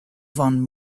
von